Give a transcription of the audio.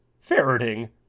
ferreting